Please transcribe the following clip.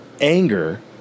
anger